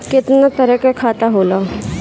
केतना तरह के खाता होला?